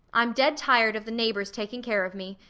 i'm dead tired of the neighbours taking care of me,